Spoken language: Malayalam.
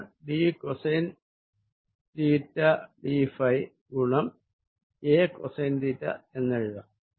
d കോസൈൻ തീറ്റd ഗുണം a കോസൈൻ തീറ്റ എന്നെഴുതാം